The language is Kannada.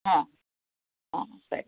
ಹಾಂ ಹಾಂ ಸರಿ